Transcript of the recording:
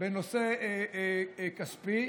בנושא כספי.